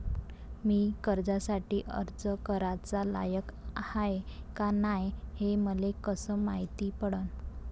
मी कर्जासाठी अर्ज कराचा लायक हाय का नाय हे मले कसं मायती पडन?